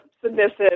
Submissive